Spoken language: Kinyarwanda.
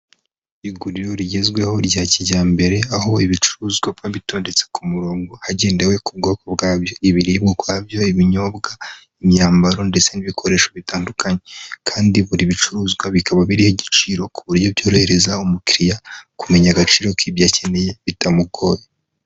Iguriro rigezweho rya kijyambere aho ibicuruzwaba bitondetse ku murongo hagendewe ku bwoko bwabyo ibiribwa kwabyo ibinyobwa imyambaro ndetse n'ibikoresho bitandukanye, kandi buri bicuruzwa bikaba biho igiciro ku buryo byohereza umukiriya kumenya agaciro k'ibyo akeneye bitamugoye.